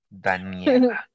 Daniela